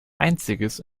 einziges